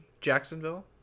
Jacksonville